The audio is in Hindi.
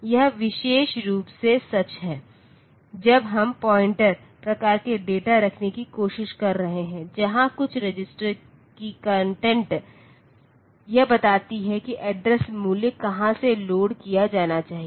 यह विशेष रूप से सच है जब हम पॉइंटर प्रकार के डेटा रखने की कोशिश कर रहे हैं जहां कुछ रजिस्टर की कंटेंट यह बताती है कि एड्रेस मूल्य कहां से लोड किया जाना चाहिए